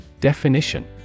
Definition